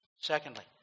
Secondly